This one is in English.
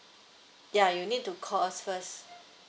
ya you need to call us first